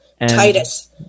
Titus